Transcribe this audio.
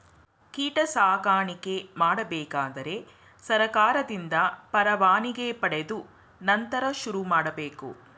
ಕೀಟ ಸಾಕಾಣಿಕೆ ಮಾಡಬೇಕಾದರೆ ಸರ್ಕಾರದಿಂದ ಪರವಾನಿಗೆ ಪಡೆದು ನಂತರ ಶುರುಮಾಡಬೇಕು